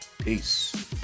Peace